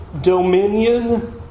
dominion